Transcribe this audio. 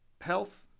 health